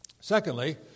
Secondly